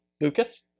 Lucas